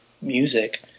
music